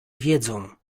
wiedzą